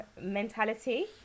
mentality